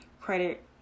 credit